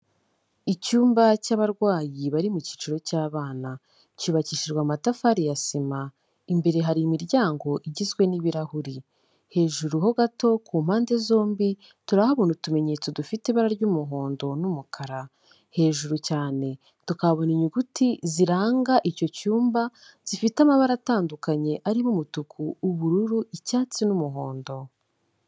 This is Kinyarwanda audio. Icyumba cy'abarwayi bari mu cyiciro cy'abana, cyubakishijwe amatafari ya sima, imbere hari imiryango igizwe n'ibirahuri. Hejuru ho gato ku mpande zombi turahabona utumenyetso dufite ibara ry'umuhondo n'umukara. Hejuru cyane tukahabona inyuguti ziranga icyo cyumba, zifite amabara atandukanye ariho umutuku, ubururu, icyatsi n'umuhondo.